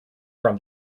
from